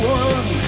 one